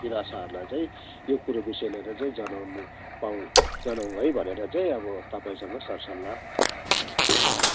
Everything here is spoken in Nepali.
किराँतहरूलाई चाहिँ यो कुरो विषय लिएर चाहिँ जनाउँनु पाऔँ जनाऔँ है भनेर चाहिँ अब तपाईँसँग अब सर सल्लाह